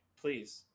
please